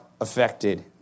affected